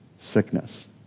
sickness